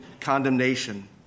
condemnation